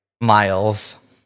Miles